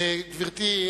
גברתי,